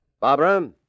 Barbara